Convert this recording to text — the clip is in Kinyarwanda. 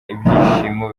ibyishimo